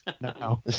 No